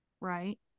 right